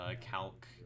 calc